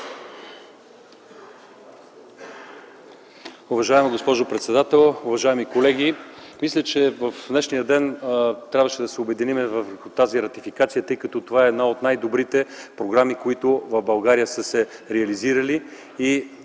Уважаема госпожо председател, уважаеми колеги! Мисля, че в днешния ден трябваше да се обединим около тази ратификация, тъй като това е една от най-добрите програми, които са се реализирали